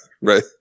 Right